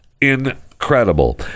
incredible